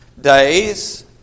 days